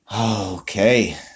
Okay